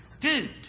Dude